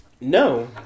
No